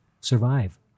survive